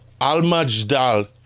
Al-Majdal